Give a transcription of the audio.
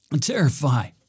terrify